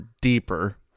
deeper